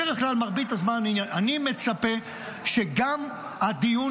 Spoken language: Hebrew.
בדרך כלל מרבית הזמן אני מצפה שגם הדיון